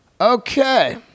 Okay